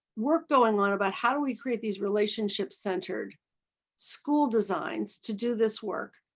work going on about how do we create these relationship-centered school designs to do this work.